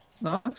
Nice